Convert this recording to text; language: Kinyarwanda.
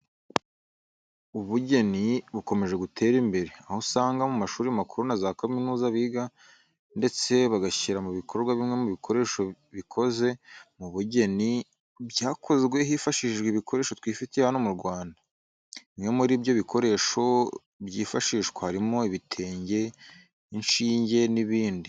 Ubugeni bukomeje gutera imbere, aho usanga mu mashuri makuru na za kaminuza biga ndetse bagashyira mu bikorwa bimwe mu bikoresho bikoze mu bugeni, byakozwe hifashishijwe ibikoresho twifitiye hano mu Rwanda. Bimwe muri ibyo bikoresho byifashishwa harimo ibitenge, ishinge n'ibindi.